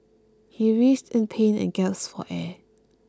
he writhed in pain and gasped for air